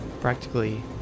practically